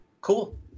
cool